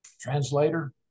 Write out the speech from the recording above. translator